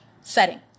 setting